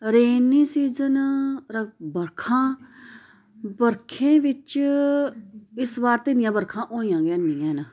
rainy season बरखा बरखें बिच्च इस बार ते इन्नियां बरखां होइयां गे नेईं हैन